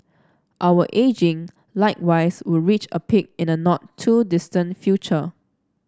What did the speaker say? our ageing likewise will reach a peak in a not too distant future